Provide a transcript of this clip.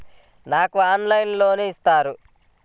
నాకు ఆన్లైన్లో లోన్ ఇస్తారా?